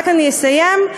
אני רק אסיים: